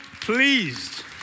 pleased